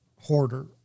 hoarder